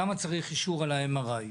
למה צריך אישור על ה-MRI.